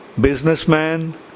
Businessman